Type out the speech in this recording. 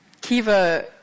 Kiva